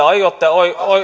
aiotte